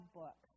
book